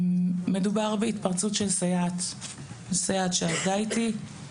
מדובר בהתפרצות של סייעת שעבדה איתי.